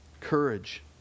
Courage